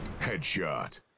Headshot